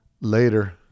later